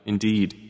Indeed